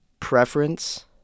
preference